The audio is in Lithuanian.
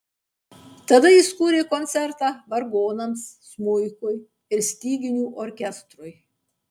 tada jis kūrė koncertą vargonams smuikui ir styginių orkestrui